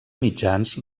mitjans